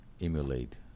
emulate